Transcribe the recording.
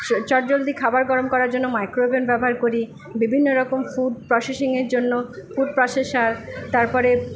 চটজলদি খাবার গরম করার জন্য মাইক্রোওয়েভওভেন ব্যবহার করি বিভিন্নরকম ফুড প্রসেসিংয়ের জন্য ফুড প্রসেসার তারপরে